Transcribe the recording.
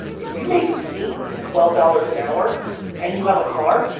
if you make eight to twelve dollars an hour and you have a car